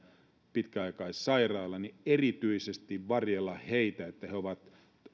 pitkäaikaissairailla niin pitää erityisesti varjella heitä että he ovat